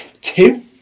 two